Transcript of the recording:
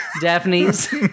Daphne's